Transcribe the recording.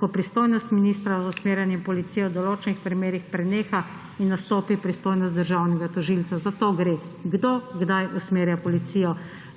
ko pristojnost ministra z usmerjanjem policije v določenih primerih preneha in nastopi pristojnost državnega tožilca. Za to gre, kdo kdaj usmerja policijo.